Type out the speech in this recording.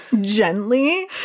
Gently